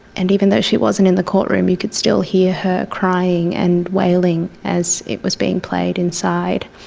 and even though she wasn't in the courtroom you could still hear her crying and wailing as it was being played inside.